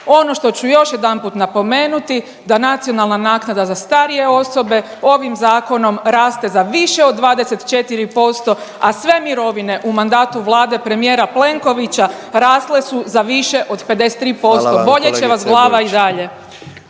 Ono što ću još jedanput napomenuti da nacionalna naknada za starije osobe ovim zakonom raste za više od 24%, a sve mirovine u mandatu Vlade premijera Plenkovića rasle su za više od 53%.../Upadica